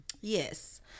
yes